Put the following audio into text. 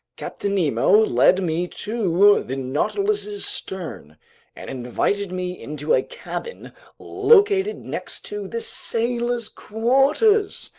captain nemo led me to the nautilus's stern and invited me into a cabin located next to the sailors' quarters.